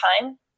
time